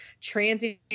transient